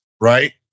Right